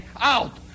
out